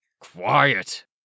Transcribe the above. Quiet